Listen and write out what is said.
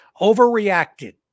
overreacted